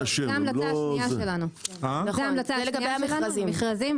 זאת ההמלצה השנייה שלנו לגבי המכרזים.